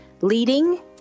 leading